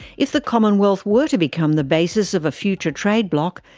if the commonwealth were to become the basis of a future trade bloc,